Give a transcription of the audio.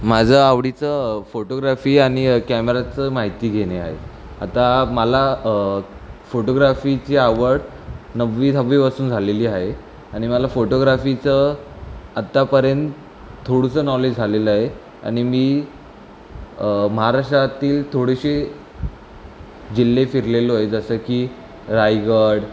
माझं आवडीचं फोटोग्राफी आणि कॅमेराचं माहिती घेणे आहे आता मला फोटोग्राफीची आवड नववी दहावीपासून झालेली आहे आणि मला फोटोग्राफीचं आत्तापर्यंत थोडुसं नॉलेज झालेलं आहे आणि मी महाराष्ट्रातील थोडेसे जिल्हे फिरलेलो आहे जसं की रायगड